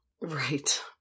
Right